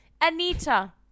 anita